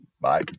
Bye